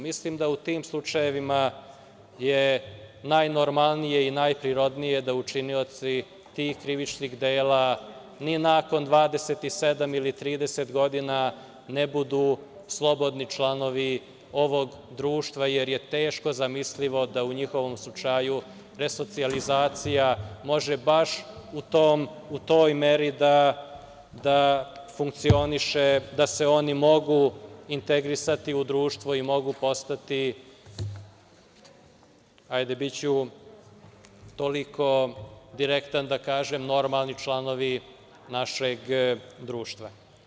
Mislim da u tim slučajevima je najnormalnije i najprirodnije da učinioci tih krivičnih dela ni nakon 27 ili 30 godina ne budu slobodni članovi ovog društva, jer je teško zamislivo da u njihovom slučaju resocijalizacija može baš u toj meri da funkcioniše, da se oni mogu integrisati u društvo i mogu postati, biću toliko direktan da kažem, normalni članovi našeg društva.